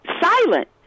silent